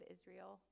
Israel